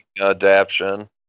adaption